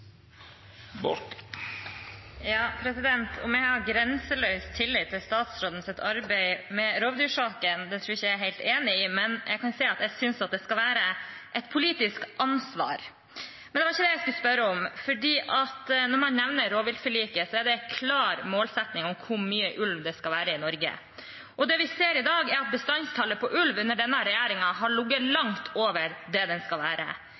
jeg har grenseløs tillit til statsrådens arbeid med rovdyrsaken, tror jeg ikke jeg er helt enig i, men jeg kan si at jeg synes at det skal være et politisk ansvar. Men det var ikke det jeg skulle spørre om. Når man nevner rovviltforliket, er det en klar målsetting om hvor mye ulv det skal være i Norge. Det vi ser i dag, er at bestandstallet for ulv under denne regjeringen har ligget langt over det det skal være.